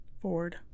Ford